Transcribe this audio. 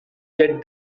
did